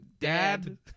Dad